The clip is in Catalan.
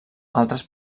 altres